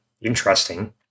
interesting